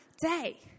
day